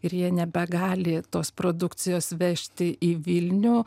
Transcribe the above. ir jie nebegali tos produkcijos vežti į vilnių